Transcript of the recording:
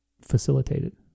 facilitated